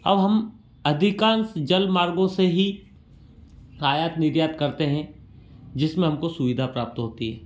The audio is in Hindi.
अब हम अधिकांश जलमार्गों से हीआयात निर्यात करते हैं जिसमें हमको सुविधा प्राप्त होती है